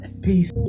Peace